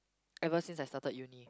ever since I started uni